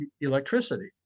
electricity